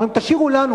אומרים: תשאירו לנו,